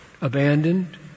abandoned